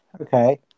Okay